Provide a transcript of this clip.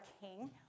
king